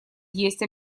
есть